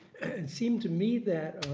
it seemed to me that